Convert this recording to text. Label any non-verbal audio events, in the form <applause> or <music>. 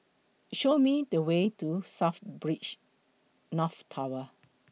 Show Me The Way to South <unintelligible> North Tower